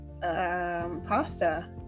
Pasta